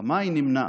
המלחמה היא נמנעת,